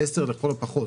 10 שנים לכל הפחות.